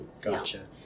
gotcha